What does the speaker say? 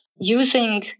using